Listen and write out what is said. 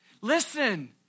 Listen